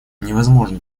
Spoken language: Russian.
невозможно